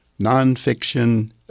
nonfiction